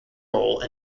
role